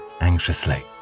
anxiously